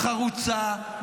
חרוצה,